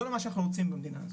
זה לא מה שאנחנו רוצים במדינה הזאת,